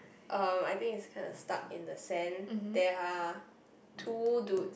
um I think it's kind of stuck in the sand there are two dude